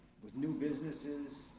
with new businesses,